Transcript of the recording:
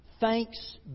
Thanks